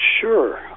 Sure